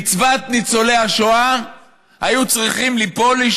במצוות ניצולי השואה היו צריכים ליפול,